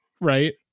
right